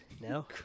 No